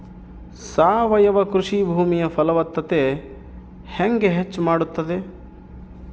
ಸಾವಯವ ಕೃಷಿ ಭೂಮಿಯ ಫಲವತ್ತತೆ ಹೆಂಗೆ ಹೆಚ್ಚು ಮಾಡುತ್ತದೆ?